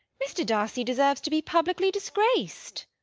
mr. darcy deserves to be publicly disgraced!